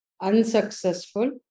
unsuccessful